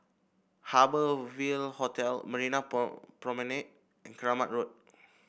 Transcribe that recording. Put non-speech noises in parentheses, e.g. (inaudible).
Harbour Ville Hotel Marina (unintelligible) Promenade and Keramat Road